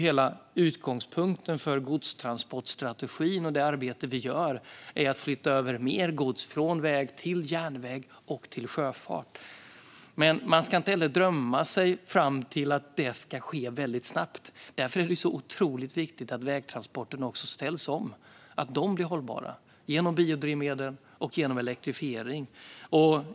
Hela utgångspunkten för godstransportstrategin och det arbete vi gör är att flytta över mer gods från väg till järnväg och till sjöfart. Men man ska inte drömma sig fram till att det ska ske väldigt snabbt. Därför är det otroligt viktigt att vägtransporterna ställs om så att också de blir hållbara genom biodrivmedel och genom elektrifiering.